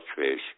fish